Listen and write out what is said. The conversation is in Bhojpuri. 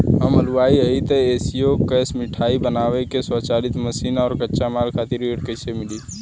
हम हलुवाई हईं त ए.सी शो कैशमिठाई बनावे के स्वचालित मशीन और कच्चा माल खातिर ऋण कइसे मिली?